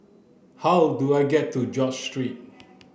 how do I get to George Street